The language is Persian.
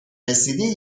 رسیدی